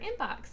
inbox